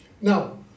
Now